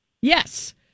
Yes